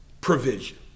provision